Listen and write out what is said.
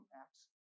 acts